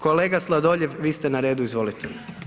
Kolega Sladoljev, vi ste na redu, izvolite.